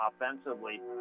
offensively